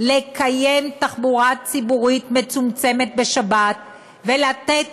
לקיים תחבורה ציבורית מצומצמת בשבת ולתת